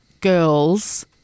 girls